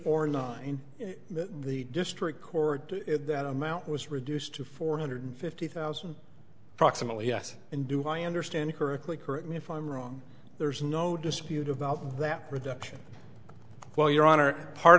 or nine in the district court that amount was reduced to four hundred fifty thousand proximately yes and do i understand correctly correct me if i'm wrong there's no dispute about that reduction well your honor part